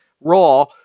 Raw